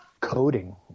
Coding